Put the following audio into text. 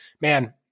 man